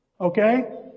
Okay